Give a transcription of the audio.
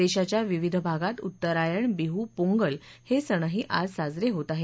देशाच्या विविध भागात उत्तरायण बीह पोंगल हे सणही आज साजरे होत आहेत